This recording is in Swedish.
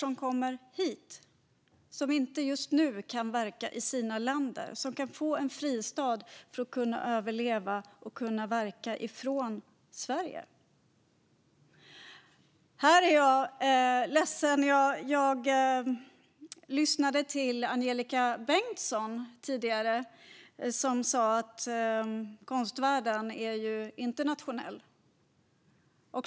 Här får de en möjlighet att leva och skapa när de inte kan verka i sina hemländer. Angelika Bengtsson sa tidigare i debatten att konstvärlden är internationell.